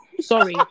sorry